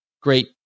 great